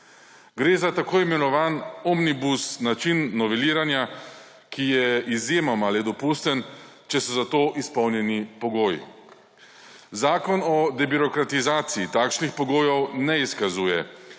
Gre za tako imenovan omnibus način noveliranja, ki je izjemoma le dopusten, če so za to izpolnjeni pogoji. Zakon o debirokratizaciji takšnih pogojev ne izkazuje.